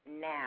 now